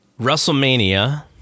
WrestleMania